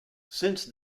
since